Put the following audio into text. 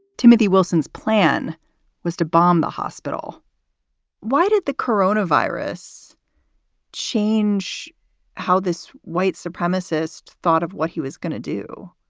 timothy wilson's plan was to bomb the hospital why did the corona virus change how this white supremacist thought of what he was going to do?